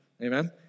Amen